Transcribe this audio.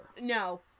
no